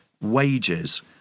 wages